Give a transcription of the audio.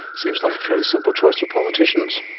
seems like a fairly simple choice for politicians.